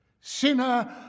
Sinner